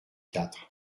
quatre